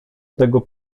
tego